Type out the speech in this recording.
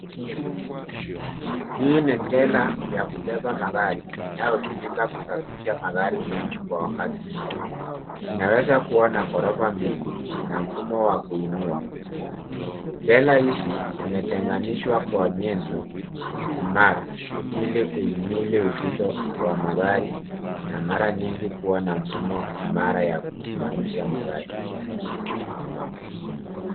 Hii ni trela ya kubeba magari inayotumika kusafirisha magari mengi kwa wakati mmoja. Inaweza kuwa na ghorofa mbili na mfumo wa kuinua. Trela hizi zimetengenezwa kwa nyenzo imara ili kuhimili uzito wa magari na mara nyingi kuwa na mfumo imara wa kusimamisha magari.